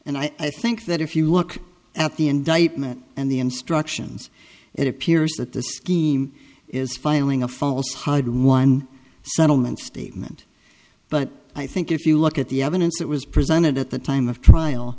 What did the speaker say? and i think that if you look at the indictment and the instructions it appears that the scheme is filing a false hide one settlement statement but i think if you look at the evidence that was presented at the time of trial